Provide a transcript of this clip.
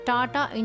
Tata